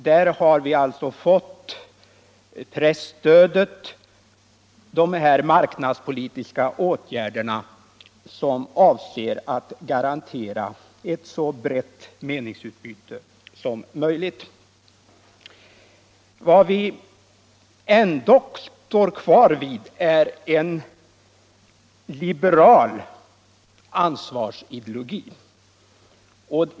För detta ändamål har man infört presstödet, dvs. de marknadspolitiska åtgärder som avser att garantera ett så brett meningsutbyte som möjligt. Vad som å andra sidan kvarstår är en liberal ansvarsideologi.